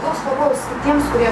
koks pavojus kitiems kurie